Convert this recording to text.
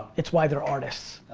it's why they're artists.